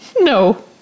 no